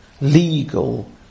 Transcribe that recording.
legal